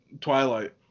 Twilight